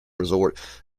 resort